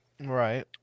right